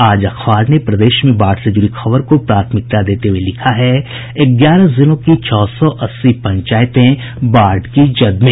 आज अखबार ने प्रदेश में बाढ़ से जुड़ी खबर को प्राथमिकता देते हुये लिखा है ग्यारह जिलों की छह सौ अस्सी पंचायतें बाढ़ की जद में